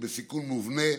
הם בסיכון מובנה